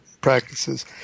practices